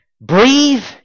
Breathe